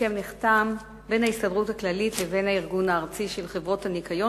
ההסכם נחתם בין ההסתדרות הכללית לבין הארגון הארצי של חברות הניקיון,